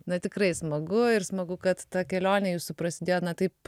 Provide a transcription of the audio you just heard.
na tikrai smagu ir smagu kad ta kelionė jūsų prasidėjo na taip